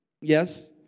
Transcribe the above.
yes